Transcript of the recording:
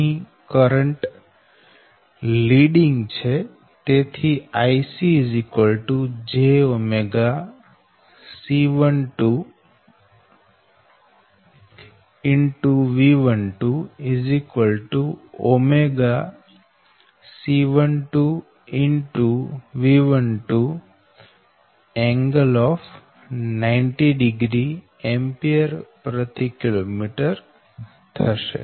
અહી current leading છે તેથી IcjC12V12C12V12ㄥ90º Akm થશે